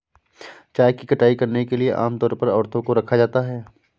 चाय की कटाई करने के लिए आम तौर पर औरतों को रखा जाता है